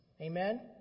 Amen